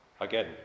Again